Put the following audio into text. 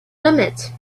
limit